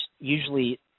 usually –